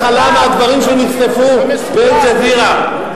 התחלה מהדברים שנחשפו ב"אל-ג'זירה".